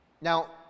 Now